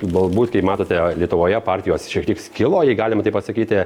galbūt kaip matote lietuvoje partijos šiek tiek skilo jei galima taip pasakyti